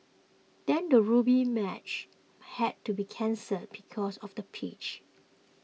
then a rugby match had to be cancelled because of the pitch